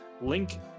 link